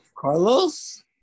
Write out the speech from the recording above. Carlos